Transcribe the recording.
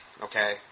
Okay